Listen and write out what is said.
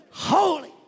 holy